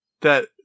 That-